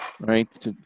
right